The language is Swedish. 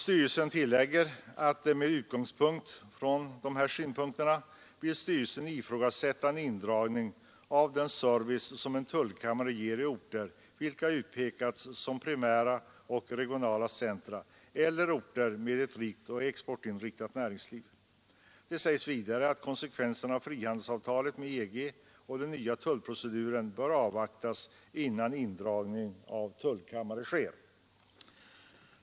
Styrelsen tillägger att den utifrån dessa synpunkter vill ifrågasätta en indragning av den service som en tullkammare ger i orter vilka utpekats som primära och regionala centra eller orter med ett rikt och exportinriktat näringsliv. Det sägs vidare att konsekvenserna av frihandelsavtalet med EG och den nya tullproceduren bör avvaktas innan indragning av tullkammare sker.